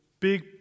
big